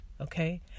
Okay